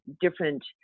different